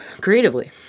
creatively